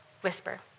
whisper